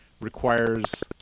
requires